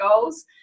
goals